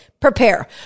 Prepare